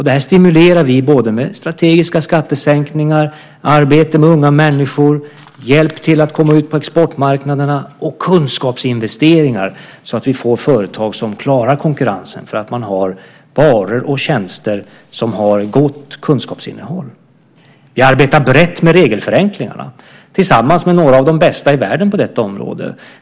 Det stimulerar vi med strategiska skattesänkningar, arbete med unga människor, hjälp till att komma ut på exportmarknaderna och med kunskapsinvesteringar, så att vi får företag som klarar konkurrensen därför att man har varor och tjänster som har gott kunskapsinnehåll. Vi arbetar brett med regelförenklingarna tillsammans med några av de bästa i världen på detta område.